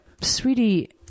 Sweetie